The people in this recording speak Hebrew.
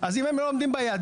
אז אם הם לא עומדים ביעדים,